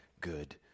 good